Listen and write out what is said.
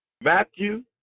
Matthew